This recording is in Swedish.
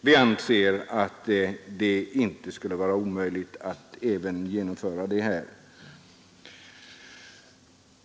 Vi anser att det inte skulle vara omöjligt att genomföra något sådant även här.